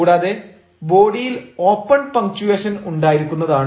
കൂടാതെ ബോഡിയിൽ open punctuation ഉണ്ടായിരിക്കുന്നതാണ്